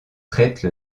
traite